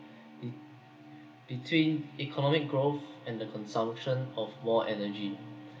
in between economic growth and the consumption of more energy